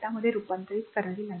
मध्ये रूपांतरित करावे लागेल